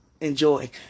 enjoy